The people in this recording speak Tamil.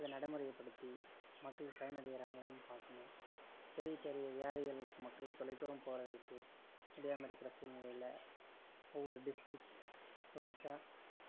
அதை நடைமுறைப்படுத்தி மக்கள் பயன் அடையறாங்களான்னு பார்க்கணும் பெரிய பெரிய வியாதிகளுக்கு மக்கள் தொலைதூரம் போகிறதுக்கு முடியாமல் இருக்கிற சூழ்நிலையில் ஒவ்வொரு டிஸ்ட்டிக்வைஸா